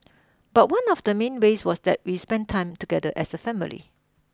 but one of the main ways was that we spent time together as a family